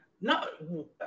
No